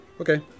Okay